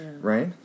Right